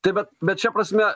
tai vat bet šia prasme